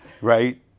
right